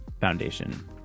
Foundation